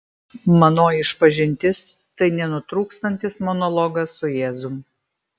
manoji išpažintis tai nenutrūkstantis monologas su jėzum